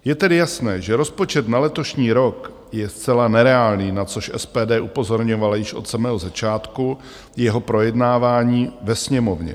Je tedy jasné, že rozpočet na letošní rok je zcela nereálný, na což SPD upozorňovala již od samého začátku jeho projednávání ve Sněmovně.